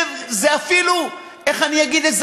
זה אפילו, איך אני אגיד את זה?